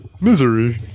misery